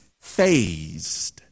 phased